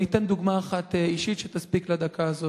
אני אתן דוגמה אחת אישית שתספיק לדקה הזאת.